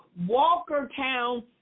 Walkertown